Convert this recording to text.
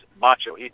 macho